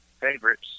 favorites